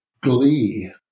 glee